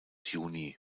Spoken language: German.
juni